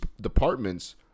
departments